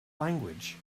language